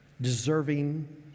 deserving